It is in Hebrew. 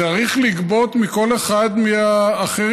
צריך לגבות מכל אחד מהאחרים.